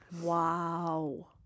Wow